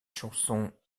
chansons